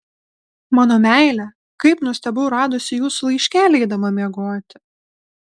mano meile kaip nustebau radusi jūsų laiškelį eidama miegoti